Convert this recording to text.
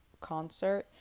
concert